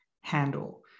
handle